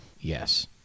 Yes